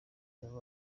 kenshi